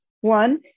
One